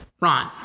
Ron